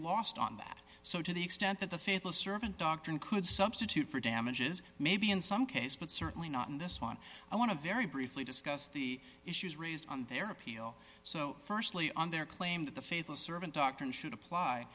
lost on that so to the extent that the faithless servant doctrine could substitute for damages maybe in some case but certainly not in this one i want to very briefly discuss the issues raised on their appeal so firstly on their claim that the faithless servant doctrine should apply